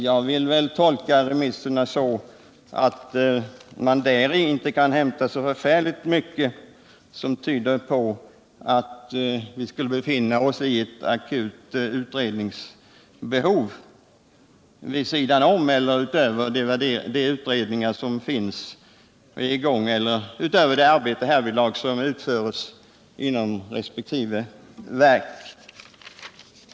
Jag vill tolka remissvaren så att det inte finns särskilt mycket som tyder på att vi skulle ha ett akut utredningsbehov vid sidan om eller utöver de utredningar som är i gång eller utöver det arbete som utförs inom resp. verk.